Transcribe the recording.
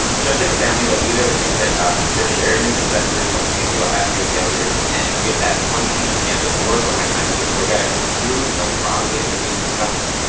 um just like a family, they'll be there when things get tough. they'll share in your successes, help pick you up after your failures, and if that one piece of campus lore from my time as a tour guide holds true, they'll probably end up being your spouse.